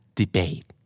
debate